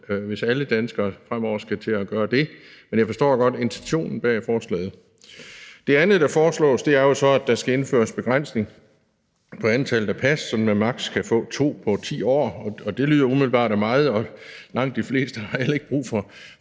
hvis alle danskere fremover skal til at gøre det. Men jeg forstår godt intentionen bag forslaget. Det andet, der foreslås, er jo så, at der skal indføres begrænsning på antallet af pas, så man maks. kan få to på 10 år. Det lyder umiddelbart af meget, og langt de fleste har heller ikke brug for